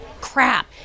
crap